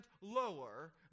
lower